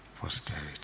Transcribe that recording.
posterity